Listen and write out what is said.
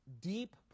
deep